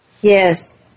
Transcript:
Yes